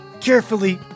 carefully